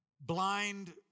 blind